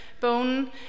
bone